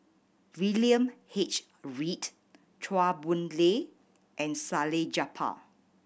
William H Read Chua Boon Lay and Salleh Japar